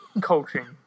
coaching